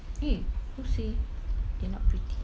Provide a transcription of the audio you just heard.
eh who say they are not pretty